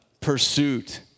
pursuit